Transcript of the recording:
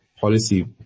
policy